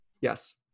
Yes